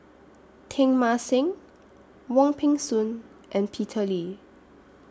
Teng Mah Seng Wong Peng Soon and Peter Lee